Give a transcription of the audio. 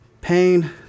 pain